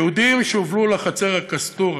היהודים שהובלו לחצר ה"קסטורה"